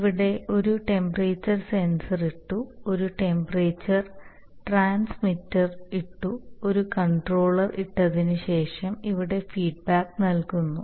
ഇവിടെ ഒരു temperature sensor ഇട്ടു ഒരു ടെമ്പറേച്ചർ ട്രാൻസ്മിറ്റർ ഇട്ടു ഒരു കൺട്രോളർ ഇട്ടതിനുശേഷം ഇവിടെ ഫീഡ്ബാക്ക് നൽകുന്നു